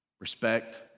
respect